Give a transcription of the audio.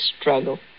struggle